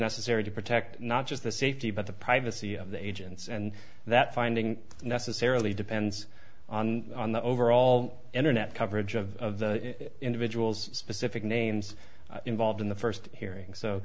necessary to protect not just the safety but the privacy of the agents and that finding necessarily depends on the overall internet coverage of the individuals specific names involved in the first hearing so